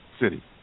City